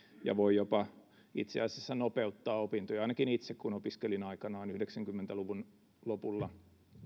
ja voi itse asiassa jopa nopeuttaa opintoja ainakin kun itse opiskelin aikanaan yhdeksänkymmentä luvun lopulla